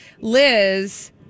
liz